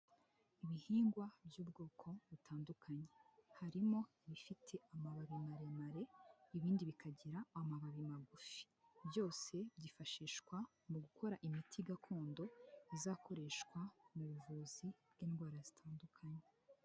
Ibihingwa by'ubwoko butandukanye, harimo ibifite amababi maremare, ibindi bikagira amababi magufi byose byifashishwa mu gukora imiti gakondo izakoreshwa mu buvuzi bw'indwara zitandukanye.